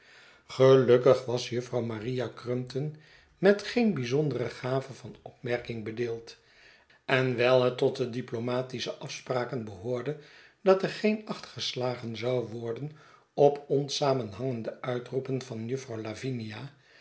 gelukkig was juffrouw maria crumpton met geen byzondere gave van opmerking bedeeld en wijl het tot de diplomatische afspraken behoorde dat er geen acht geslagen zou worden op onsamenhangende uitroepen van juffrouw lavinia